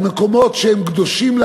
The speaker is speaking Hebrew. על מקומות שהם קדושים,